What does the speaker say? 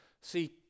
see